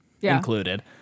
included